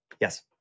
Yes